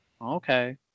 Okay